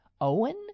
Owen